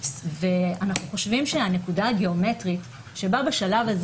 ואנחנו חושבים שהנקודה הגיאומטרית שבה בשלב הזה